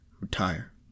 retire